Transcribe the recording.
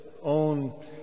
own